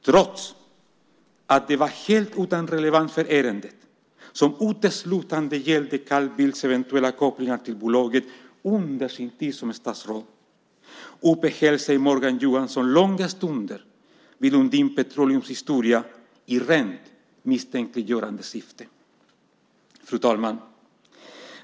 Trots att det var helt utan relevans för ärendet - som uteslutande gällde Carl Bildts eventuella kopplingar till bolaget under hans tid som statsråd - uppehöll sig Morgan Johansson långa stunder vid Lundin Petroleums historia i rent misstänkliggörande syfte. Fru talman!